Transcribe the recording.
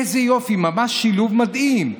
איזה יופי, ממש שילוב מדהים.